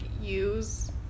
use